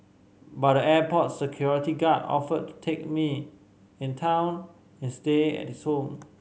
but the airport security guard offered to take me in town and stay at his home